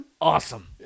awesome